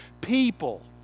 people